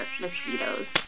mosquitoes